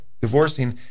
divorcing